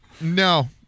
No